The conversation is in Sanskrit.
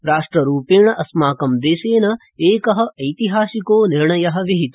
राष्ट्ररूपेण अस्माकं देशेन एक ऐतिहासिको निर्णय विहित